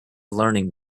learning